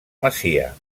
masia